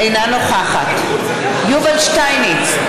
אינה נוכחת יובל שטייניץ,